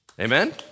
Amen